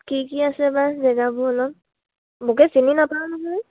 কি কি আছেবা জেগাবোৰ অলপ বৰকে চিনি নাপাওঁ নহয়